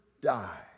die